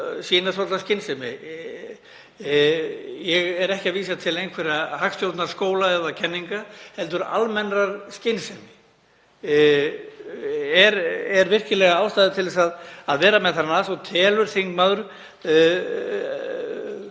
sýna svolitla skynsemi? Ég er ekki að vísa til einhverra hagstjórnarskóla eða -kenninga heldur almennrar skynsemi. Er virkilega ástæða til að vera með þennan asa? Telur þingmaður